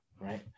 right